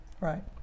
right